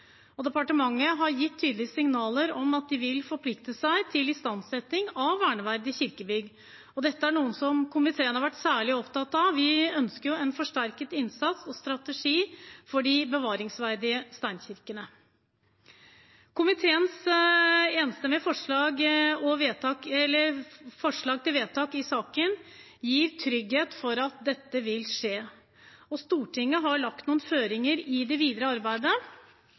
Departementet har gitt tydelige signaler om at de vil forplikte seg til istandsetting av verneverdige kirkebygg. Dette er noe komiteen har vært særlig opptatt av. Vi ønsker en forsterket innsats og strategi for de bevaringsverdige steinkirkene. Komiteens enstemmige forslag til vedtak i saken gir trygghet for at dette vil skje. Stortinget har lagt noen føringer i det videre arbeidet: